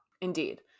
Indeed